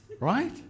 Right